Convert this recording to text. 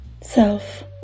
self